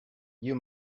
you